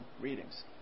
readings